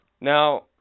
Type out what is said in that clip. now